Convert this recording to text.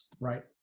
right